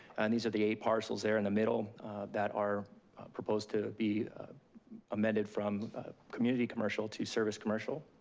and these are the eight parcels there in the middle that are proposed to be amended from community commercial to service commercial.